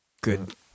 good